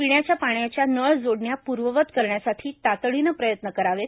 पिण्याच्या पाण्याच्या नळ जोडण्या प्र्ववत करण्यासाठी तातडीने प्रयत्न करावेत